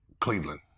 Cleveland